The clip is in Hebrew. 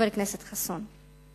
חבר הכנסת חסון,